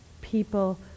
people